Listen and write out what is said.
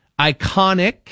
iconic